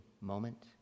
moment